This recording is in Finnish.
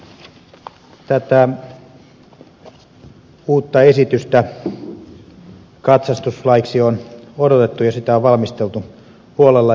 tätä uutta esitystä katsastuslaiksi on odotettu ja sitä on valmisteltu huolella